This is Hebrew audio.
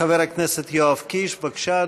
חבר הכנסת יואב קיש, בבקשה,